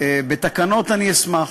בתקנות אני אשמח.